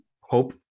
hope